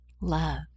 love